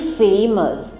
famous